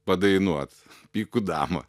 padainuot pikų damą